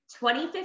2015